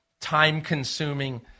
time-consuming